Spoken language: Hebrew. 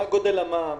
מה גודל המע"מ